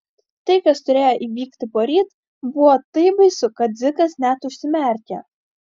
tai kas turėjo įvykti poryt buvo taip baisu kad dzikas net užsimerkė